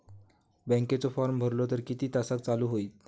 बँकेचो फार्म भरलो तर किती तासाक चालू होईत?